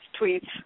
tweets